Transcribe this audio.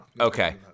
okay